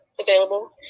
available